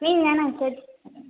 மீன் வேணாம்ங்க சார்